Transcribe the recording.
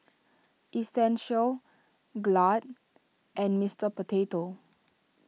Essential Glad and Mister Potato